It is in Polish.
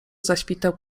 zaświtał